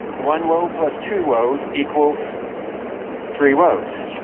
one woe, plus two woes, equals three woes.